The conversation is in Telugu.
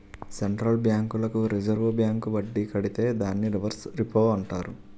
సెంట్రల్ బ్యాంకులకు రిజర్వు బ్యాంకు వడ్డీ కడితే దాన్ని రివర్స్ రెపో అంటారు